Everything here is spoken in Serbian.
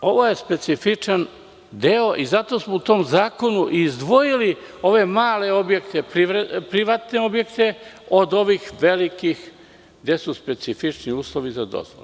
Prema tome, ovo je specifičan deo i zato smo u tom zakonu i izdvojili ove male objekte, privatne objekte, od ovih velikih gde su specifični uslovi za dozvole.